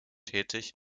tätig